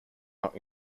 not